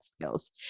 skills